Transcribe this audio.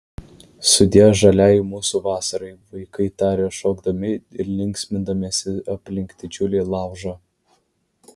sudie žaliajai mūsų vasarai vaikai tarė šokdami ir linksmindamiesi aplink didžiulį laužą